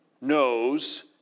knows